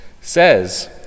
says